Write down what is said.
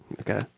Okay